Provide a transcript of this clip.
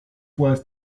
was